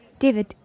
David